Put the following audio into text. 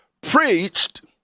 preached